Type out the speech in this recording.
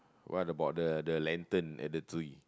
what about the the lantern at the